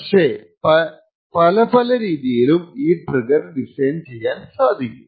പക്ഷേ പല പല രീതിയിലും ഈ ട്രിഗ്ഗർ ഡിസൈൻ ചെയ്യാൻ കഴിയും